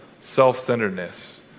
self-centeredness